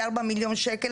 4 מיליון שקל,